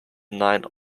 nine